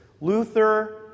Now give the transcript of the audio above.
Luther